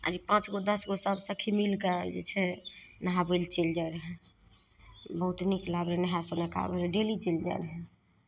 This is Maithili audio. आ ई पाँच गो दस गो सभ सखी मिलि कऽ जे छै नहाबय लए चलि जाइ रहियै बहुत नीक लागय नहाए सोनाए कऽ आबैमे डेली चलि जाइ रहियै